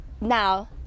now